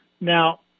Now